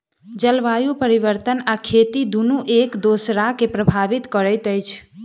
जलवायु परिवर्तन आ खेती दुनू एक दोसरा के प्रभावित करैत अछि